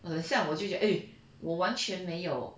嗯下午我就觉得 eh 我完全没有